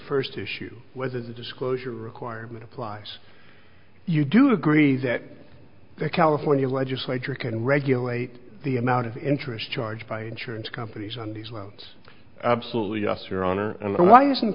first issue whether the disclosure requirement applies you do agree that the california legislature can regulate the amount of interest charged by insurance companies on these loans absolutely yes your honor and why isn't